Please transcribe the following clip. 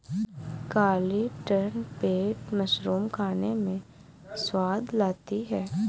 काली trumpet mushroom खाने में स्वाद लाती है